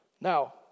Now